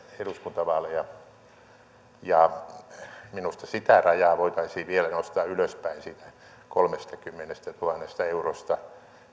eduskuntavaaleja minusta sitä rajaa voitaisiin vielä nostaa ylöspäin siitä kolmestakymmenestätuhannesta eurosta